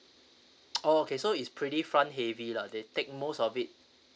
oh okay so is pretty front heavy lah they take most of it